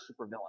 supervillain